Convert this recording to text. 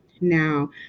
Now